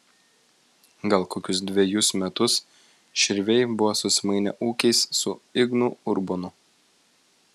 gal kokius dvejus metus širviai buvo susimainę ūkiais su ignu urbonu